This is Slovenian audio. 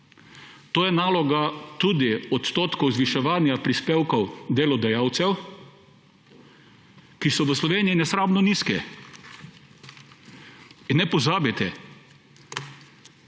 To je tudi naloga odstotkov zviševanja prispevkov delodajalcev, ki so v Sloveniji nesramno nizki. In ne pozabiti,